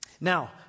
Now